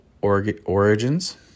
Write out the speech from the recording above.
Origins